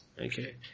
Okay